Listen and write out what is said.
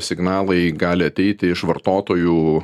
signalai gali ateiti iš vartotojų